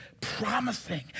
Promising